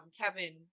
Kevin